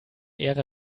ära